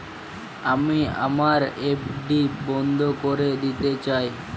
আমি আমার এফ.ডি বন্ধ করে দিতে চাই